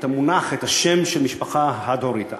הצעת חוק משפחות חד-הוריות (תיקון מס' 4)